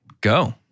go